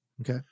Okay